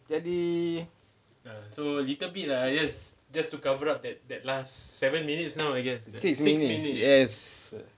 jadi six minutes yes